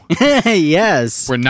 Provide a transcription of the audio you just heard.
Yes